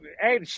hey